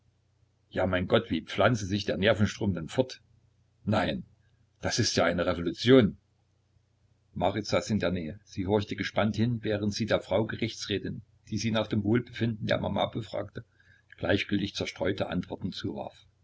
ja mein gott wie pflanze sich der nervenstrom denn fort nein das ist ja eine revolution marit saß in der nähe sie horchte gespannt hin während sie der frau gerichtsrätin die sie nach dem wohlbefinden der mama befragte gleichgültig zerstreute antworten zuwarf